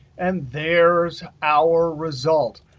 and there's our result.